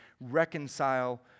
reconcile